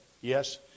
Yes